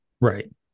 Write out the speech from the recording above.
right